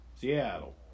Seattle